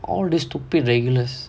all these stupid regulars